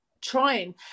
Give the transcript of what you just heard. trying